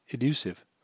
elusive